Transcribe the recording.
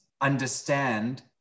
understand